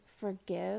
forgive